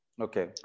Okay